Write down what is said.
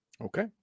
Okay